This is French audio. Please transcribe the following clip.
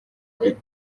peut